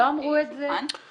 לא אמרו את זה.